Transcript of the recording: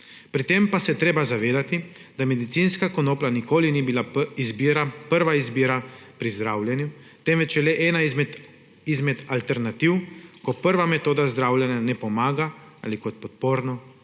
Pri tem pa se je treba zavedati, da medicinska konoplja nikoli ni bila prva izbira pri zdravljenju, temveč je le ena izmed alternativ, ko prva metoda zdravljenja ne pomaga, ali kot podporno